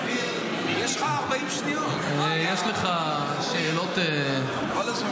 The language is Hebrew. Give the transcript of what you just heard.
יש לך 40 שניות,